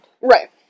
Right